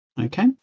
Okay